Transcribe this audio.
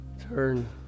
Turn